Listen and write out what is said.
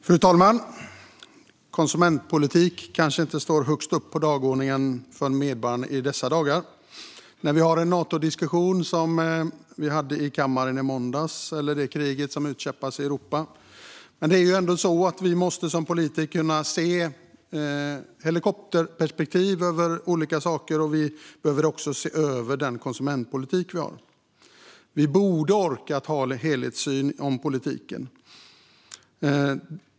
Fru talman! Konsumentpolitik står kanske inte högst upp på dagordningen för medborgarna i dessa dagar. Vi hade en Natodiskussion i kammaren i måndags, och det utkämpas ett krig i Europa. Men som politiker måste vi ändå kunna se olika saker ur ett helikopterperspektiv, och vi behöver också se över den konsumentpolitik vi har. Vi borde orka ha en helhetssyn på politiken.